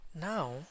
now